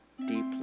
deeply